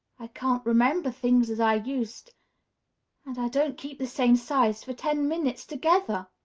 i can't remember things as i used and i don't keep the same size for ten minutes together!